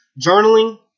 journaling